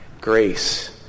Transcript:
Grace